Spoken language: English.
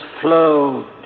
flow